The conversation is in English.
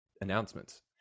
announcements